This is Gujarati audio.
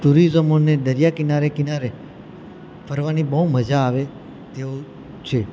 ટુરીઝમોને દરિયા કિનારે કિનારે ફરવાની બહુ મજા આવે તેવું છે